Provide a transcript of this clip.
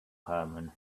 herman